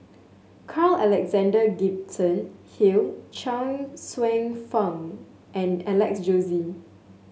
Carl Alexander Gibson Hill Chuang Hsueh Fang and Alex Josey